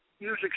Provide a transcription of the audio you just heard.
music